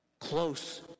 close